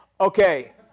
Okay